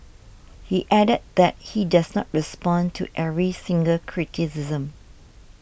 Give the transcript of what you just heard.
he added that he does not respond to every single criticism